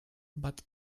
but